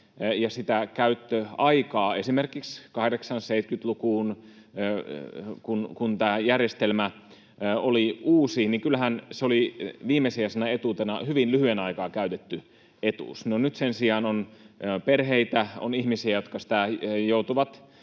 ja sitä käyttöaikaa esimerkiksi 70-, 80-lukuun, kun tämä järjestelmä oli uusi, niin kyllähän se oli silloin viimesijaisena etuutena hyvin lyhyen aikaa käytetty etuus. Nyt sen sijaan on perheitä ja on ihmisiä, jotka sitä joutuvat